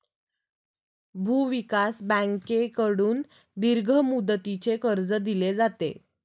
भूविकास बँकेकडून दीर्घ मुदतीचे कर्ज दिले जाते